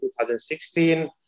2016